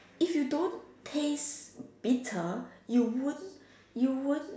if you don't taste bitter you won't you won't